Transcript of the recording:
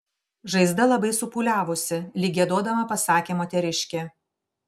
žaizda labai supūliavusi lyg giedodama pasakė moteriškė